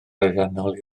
ariannol